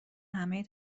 همه